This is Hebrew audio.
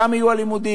שם יהיו הלימודים,